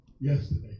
yesterday